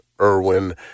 Irwin